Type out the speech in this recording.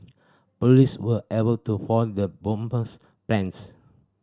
police were able to foil the bomber's plans